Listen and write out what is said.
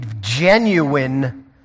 genuine